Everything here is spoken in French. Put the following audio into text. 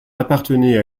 appartenait